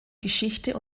geschichte